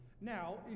now